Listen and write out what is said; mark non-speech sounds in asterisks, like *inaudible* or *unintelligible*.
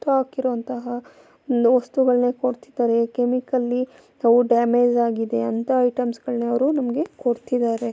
stock ಇರುವಂತಹ *unintelligible* ವಸ್ತುಗಳನ್ನೆ ಕೊಡ್ತಿದ್ದಾರೆ chemically ಅವು ಡ್ಯಾಮೇಜಾಗಿದೆ ಅಂಥ ಐಟಮ್ಸ್ಗಳನ್ನೆ ಅವರು ನಮಗೆ ಕೊಡ್ತಿದ್ದಾರೆ